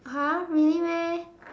!huh! really meh